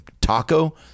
taco